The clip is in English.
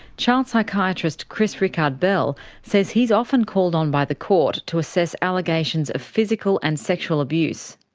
child psychiatrist chris rikard-bell says he's often called on by the court to assess allegations of physical and sexual abuse.